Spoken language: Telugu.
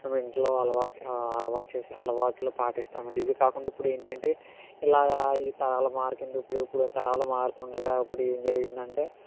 ఇప్పుడు ఇంట్లో అలవాటు అలవాటు చేసి అలవాట్లు పాటిస్తామండి ఇవి కాకుండా ఇప్పుడు ఏంటంటే ఇలాగా ఈ తరాలు మారుతుండగా ఇప్పుడు ఇప్పుడు తరాలు మారుతుండగా ఇప్పుడు ఏం జరిగిందంటే